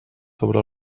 sobre